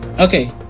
Okay